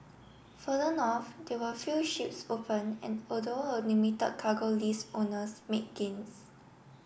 further north there were few shoes open and although a limit cargo list owners made gains